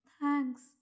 Thanks